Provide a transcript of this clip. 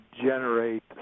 generate